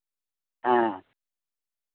ᱦᱮᱸ